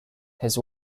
his